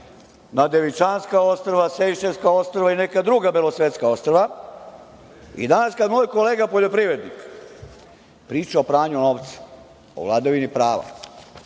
na Devičanska ostrva, Sejšelska ostrva i neka druga belosvetska ostrva. Danas kada moj kolega poljoprivrednik priča o pranju novca, o vladavini prava,